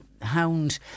hound